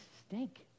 stink